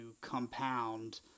compound